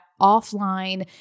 offline